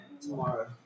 Tomorrow